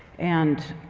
and,